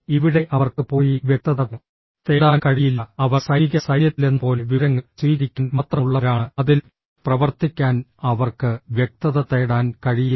ഇവിടെ അവർക്ക് പോയി വ്യക്തത തേടാൻ കഴിയില്ല അവർ സൈനിക സൈന്യത്തിലെന്നപോലെ വിവരങ്ങൾ സ്വീകരിക്കാൻ മാത്രമുള്ളവരാണ് അതിൽ പ്രവർത്തിക്കാൻ അവർക്ക് വ്യക്തത തേടാൻ കഴിയില്ല